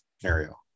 scenario